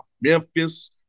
Memphis